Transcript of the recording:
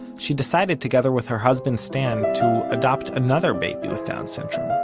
she decided together with her husband stan, to adopt another baby with down syndrome,